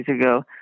ago